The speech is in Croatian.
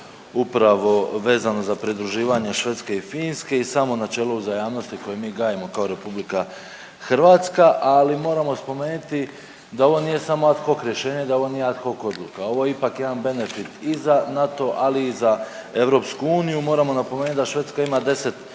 upravo vezano za pridruživanje Švedske i Finske i samo načelo uzajamnosti koje mi gajimo kao RH, ali moramo spomenuti da ovo nije samo ad hoc rješenje, da ovo nije ad hoc odluka, ovo je ipak jedan benefit i za NATO, ali i za EU. Moramo napomenut da Švedska ima 10